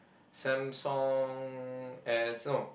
Samsung S no